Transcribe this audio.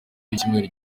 w’icyumweru